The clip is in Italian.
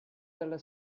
dalla